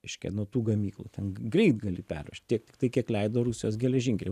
reiškia nuo gamyklų ten greit gali pervežt tiek tiktai kiek leido rusijos geležinkeliai